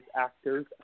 actors